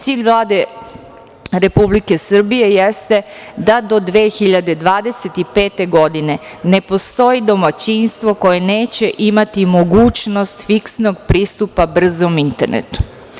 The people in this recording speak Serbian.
Cilj Vlade Republike Srbije jeste da do 2025. godine ne postoji domaćinstvo koje neće imati mogućnost fiksnog pristupa brzom internetu.